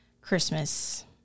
Christmas